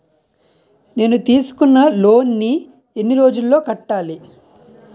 నేను తీసుకున్న లోన్ నీ ఎన్ని రోజుల్లో కట్టాలి?